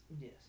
yes